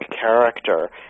character